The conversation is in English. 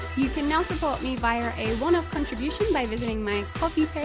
you can now support me via a one off contribution by visiting my ko-fi